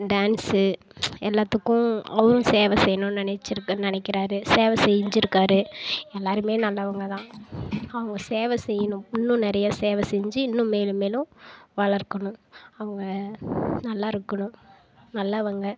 dance எல்லாத்துக்கும் அவரும் சேவை செய்யணுன்னு நினைச்சிருக்க நினைக்கிறாரு சேவை செஞ்சுருக்காரு எல்லாேருமே நல்லவங்க தான் அவங்க சேவை செய்யணும் இன்னும் நிறையா சேவை செஞ்சு இன்னும் மேலும் மேலும் வளர்க்கணும் அவங்க நல்லாயிருக்கணும் நல்லவங்க